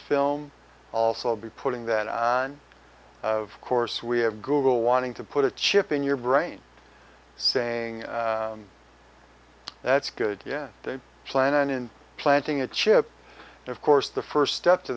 film also be putting that on of course we have google wanting to put a chip in your brain saying that's good yeah they plan in planting a chip of course the first step to